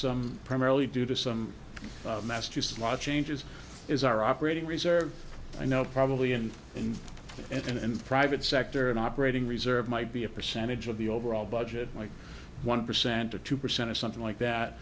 some primarily due to some massachusetts law changes is our operating reserve i know probably and in and in private sector an operating reserve might be a percentage of the overall budget like one percent or two percent or something like that